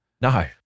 No